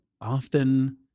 often